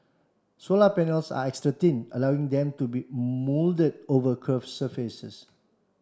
solar panels are extra thin allowing them to be moulded over curved surfaces